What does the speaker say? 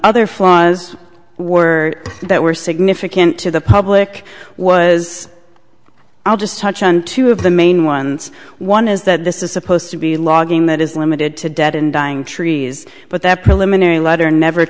other flaws were that were significant to the public was i'll just touch on two of the main ones one is that this is supposed to be logging that is limited to dead and dying trees but that preliminary letter never